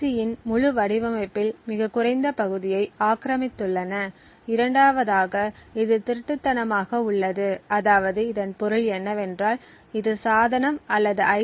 சியின் முழு வடிவமைப்பில் மிகக் குறைந்த பகுதியை ஆக்கிரமித்துள்ளன இரண்டாவதாக இது திருட்டுத்தனமாக உள்ளது அதாவது இதன் பொருள் என்னவென்றால் இது சாதனம் அல்லது ஐ